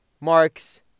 marks